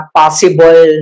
possible